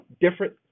different